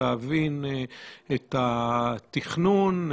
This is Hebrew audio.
להבין את התכנון,